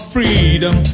freedom